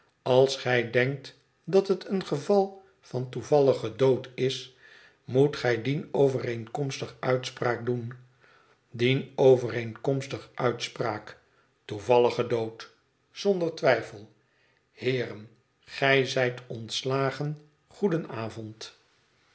als gij denkt dat het een geval van toevalligen dood is moet gij dienovereenkomstig uitspraak doen dienovereenkomstig uitspraak toevallige dood zonder twijfel heeren gij zijt ontslagen